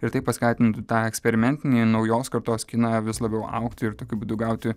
ir tai paskatintų tą eksperimentinį naujos kartos kiną vis labiau augti ir tokiu būdu gauti